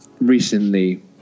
recently